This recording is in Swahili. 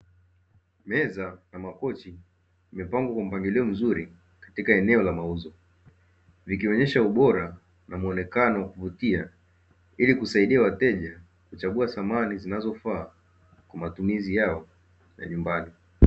Meza na makochi vimepangwa kwa mpangilio mzuri katika eneo la mauzo vikionesha ubora na muonekano wa kuvutia ili kusaidia wateja kuchagua samani zinazofaa kwa matumizi yao ya nyumbani.